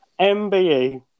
MBE